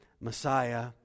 Messiah